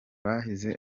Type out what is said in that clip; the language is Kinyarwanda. bahize